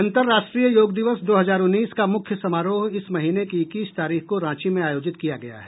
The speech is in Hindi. अंतरराष्ट्रीय योग दिवस दो हजार उन्नीस का मुख्य समारोह इस महीने की इक्कीस तारीख को रांची में आयोजित किया गया है